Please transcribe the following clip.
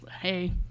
hey